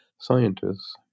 scientists